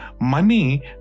money